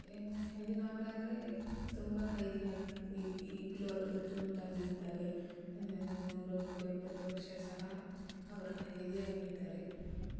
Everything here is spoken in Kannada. ಹಿಂದಿನವರಾದ್ರೆ ತುಂಬ ಹೆಲ್ದಿಯಾಗಿರ್ ಈಗ ಈಗಲೂ ಅವರು ಗಟ್ಟಿಮುಟ್ಟಾಗಿ ಇರ್ತಾರೆ ನೂರು ನೂರಿಪ್ಪತ್ತು ವರ್ಷ ಸಹ ಅವರು ಹೆಲ್ದಿಯಾಗಿರ್ತಾರೆ